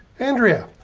andrea,